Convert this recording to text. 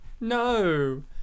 No